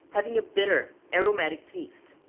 having a bitter, aromatic taste.